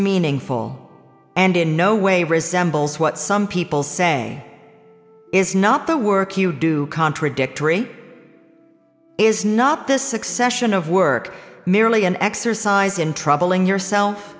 meaningful and in no way resembles what some people say is not the work you do contradictory is not the succession of work merely an exercise in troubling yourself